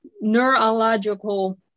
neurological